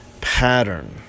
pattern